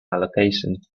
allocation